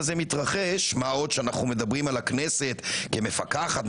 כשאנחנו מדברים על הכנסת כמפקחת,